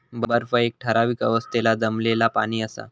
बर्फ एक ठरावीक अवस्थेतला जमलेला पाणि असा